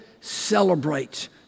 celebrates